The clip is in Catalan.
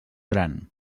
gran